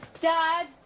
Dad